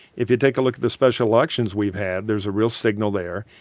if you take a look at the special elections we've had, there's a real signal there.